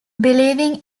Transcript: believing